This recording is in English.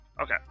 Okay